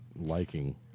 liking